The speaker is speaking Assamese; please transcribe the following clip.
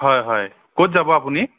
হয় হয় ক'ত যাব আপুনি